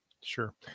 sure